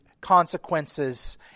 consequences